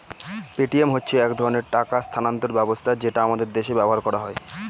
Paytm হচ্ছে এক ধরনের টাকা স্থানান্তর ব্যবস্থা যেটা আমাদের দেশে ব্যবহার করা হয়